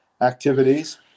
activities